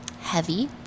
heavy